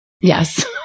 Yes